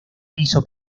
piso